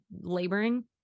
laboring